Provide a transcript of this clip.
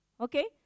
okay